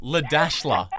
Ladashla